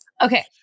Okay